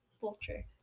vulture